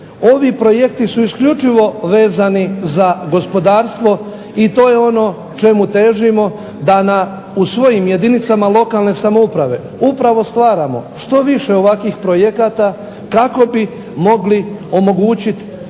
Ovi projekti su isključivo vezani za gospodarstvo i to je ono čemu težimo da nam u svojim jedinicama lokalne samouprave upravo stvaramo što više ovakvih projekata kako bi mogli omogućiti